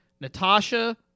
Natasha